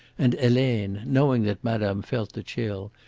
and helene, knowing that madame felt the chill,